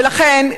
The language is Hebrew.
ולכן,